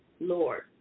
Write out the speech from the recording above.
Lord